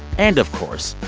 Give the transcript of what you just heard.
and of course,